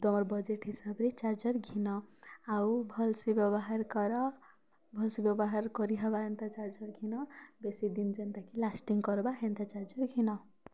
ଦର୍ budget ହିସାବରେ charger ଘିନ ଆଉ ଭଲ୍ସେ ବ୍ୟବହାର କର ଭଲ୍ସେ ବ୍ୟବହାର୍ କରି ହେବା ଏନ୍ତା ଚାର୍ଜର୍ ଘିନ ଆଉ ବେଶୀ ଦିନ୍ ଯେନ୍ତା କି ଲାଷ୍ଟିଙ୍ଗ୍ କର୍ବା ହେନ୍ତା ଚାର୍ଜର୍ ଘିନ